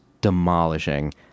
demolishing